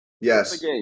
Yes